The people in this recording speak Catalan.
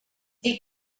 dir